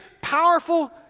powerful